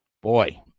Boy